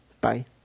Bye